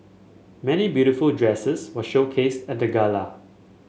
many beautiful dresses were showcased at the gala